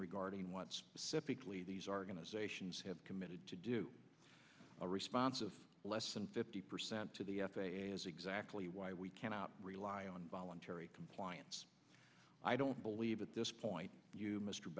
regarding what specifically these are going to say sions have committed to do a response of less than fifty percent to the f a a is exactly why we cannot rely on voluntary compliance i don't believe at this point you mr